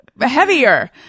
Heavier